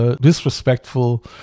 disrespectful